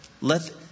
Let